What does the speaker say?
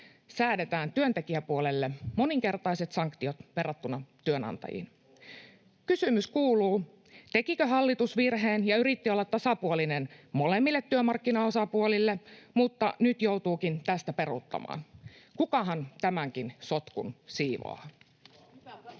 säädetään työntekijäpuolelle moninkertaiset sanktiot verrattuna työnantajiin. Kysymys kuuluu, tekikö hallitus virheen ja yritti olla tasapuolinen molemmille työmarkkinaosapuolille mutta nyt joutuukin tästä peruuttamaan. Kukahan tämänkin sotkun siivoaa?